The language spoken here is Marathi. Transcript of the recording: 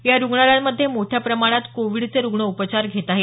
या रुग्णालयांमध्ये मोठ्या प्रमाणात कोविडचे रुग्ण उपचार घेत आहेत